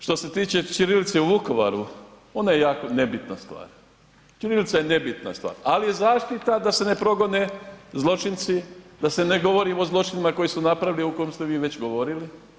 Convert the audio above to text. Što se tiče ćirilice u Vukovaru, ona je jako nebitna stvar, ćirilica je nebitna stvar, ali je zaštita da se ne progone zločinci, da se ne govori o zločinima koji su napravili o kojem ste vi već govorili.